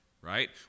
right